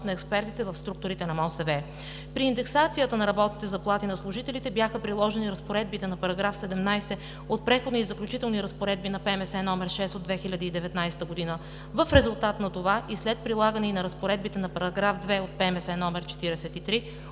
на експертите в структурите на МОСВ. При индексацията на работните заплати на служителите бяха приложени разпоредбите на § 17 от Преходните и заключителните разпоредби на ПМС № 6 от 2019 г. В резултат на това и след прилагане и на разпоредбите на § 2 от ПМС № 43